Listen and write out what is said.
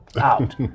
out